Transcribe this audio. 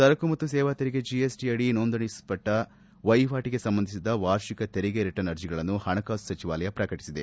ಸರಕು ಮತ್ತು ಸೇವಾ ತೆರಿಗೆ ಜಿಎಸ್ ಟಿ ಅಡಿ ನೋಂದಾಯಿಸಲ್ಪಟ್ಟ ವಹಿವಾಟಿಗೆ ಸಂಬಂಧಿಸಿದ ವಾರ್ಷಿಕ ತೆರಿಗೆ ರಿಟರ್ನ್ ಅರ್ಜಿಗಳನ್ನು ಪಣಕಾಸು ಸಚಿವಾಲಯ ಪ್ರಕಟಿಸಿದೆ